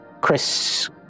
chris